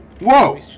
Whoa